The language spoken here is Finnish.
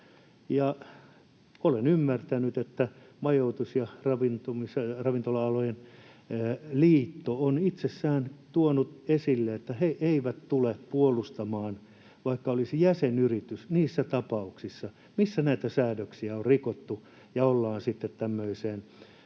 Olen ymmärtänyt, että majoitus‑ ja ravintola-alan liitto on itse tuonut esille, että he eivät tule puolustamaan, vaikka olisi jäsenyritys, niissä tapauksissa, missä näitä säädöksiä on rikottu ja olisi sitten